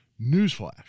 Newsflash